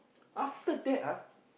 after that ah